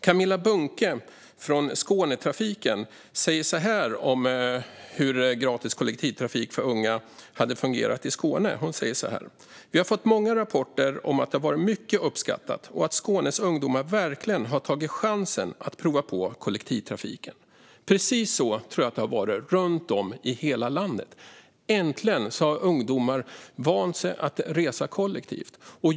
Camilla Bunke från Skånetrafiken säger på följande vis om hur gratis kollektivtrafik för unga har fungerat i Skåne: "Vi har fått många rapporter om att det har varit mycket uppskattat och att Skånes ungdomar verkligen tagit chansen att prova på kollektivtrafiken." Precis så tror jag att det har varit runt om i hela landet. Äntligen har ungdomar vant sig vid att resa kollektivt.